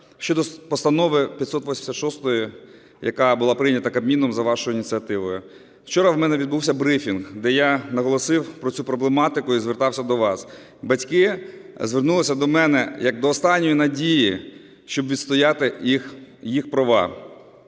щодо Постанови 586, яка була прийнята Кабміном за вашою ініціативою. Вчора в мене відбувся брифінг, де я наголосив про цю проблематику і звертався до вас. Батьки звернулися до мене, як до останньої надії, щоб відстояти їх права.